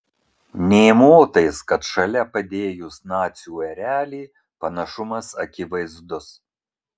nė motais kad šalia padėjus nacių erelį panašumas akivaizdus